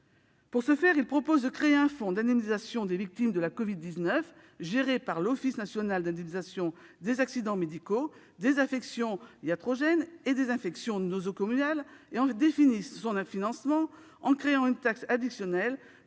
Pour ce faire, ils proposent de créer un fonds d'indemnisation des victimes de la Covid-19, géré par l'Office national d'indemnisation des accidents médicaux, des affections iatrogènes et des infections nosocomiales, en définissent son financement en créant une taxe additionnelle